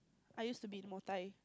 I used to be in Muay-Thai